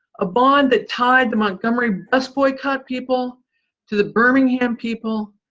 a bond that tied the montgomery bus boycott people to the birmingham people,